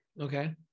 Okay